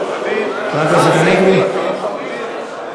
אנא בקש מחברי הכנסת לחזור עוד שבע שעות,